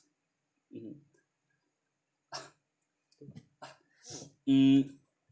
mm mm